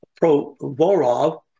Provorov